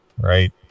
Right